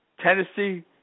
Tennessee